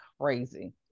crazy